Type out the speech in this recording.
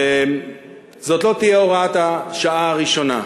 וזאת לא תהיה הוראת השעה הראשונה.